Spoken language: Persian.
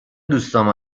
دوستام